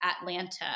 Atlanta